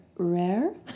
rare